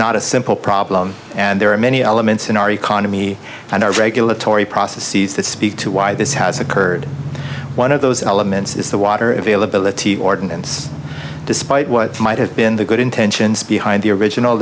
not a simple problem and there are many elements in our economy and our regulatory processes that speak to why this has occurred one of those elements is the water availability ordinance despite what might have been the good intentions behind the original